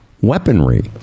weaponry